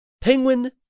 Penguin